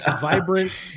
vibrant